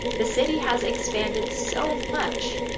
the city has expanded so much,